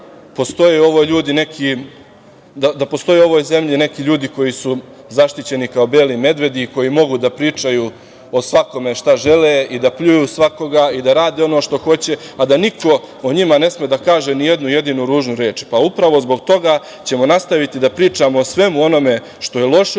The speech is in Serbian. da postoje u ovoj zemlji neki ljudi koji su zaštićeni kao beli medvedi i koji mogu da pričaju o svakome šta žele i da pljuju svakoga i da rade ono što hoće, a da niko o njima ne sme da kaže ni jednu jedinu ružnu reč. Upravo zbog toga ćemo nastaviti da pričamo o svemu onome što je loše